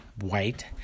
white